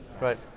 Right